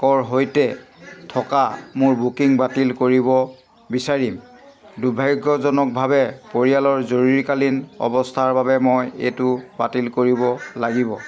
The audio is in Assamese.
কৰ সৈতে থকা মোৰ বুকিং বাতিল কৰিব বিচাৰিম দুৰ্ভাগ্যজনকভাৱে পৰিয়ালৰ জৰুৰীকালীন অৱস্থাৰ বাবে মই এইটো বাতিল কৰিব লাগিব